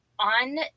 On